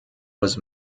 was